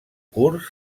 curs